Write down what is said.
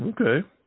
okay